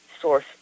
source